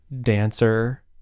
dancer